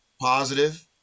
positive